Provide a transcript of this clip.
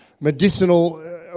medicinal